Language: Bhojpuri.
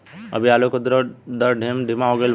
अभी आलू के उद्भव दर ढेर धीमा हो गईल बा